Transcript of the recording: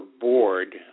board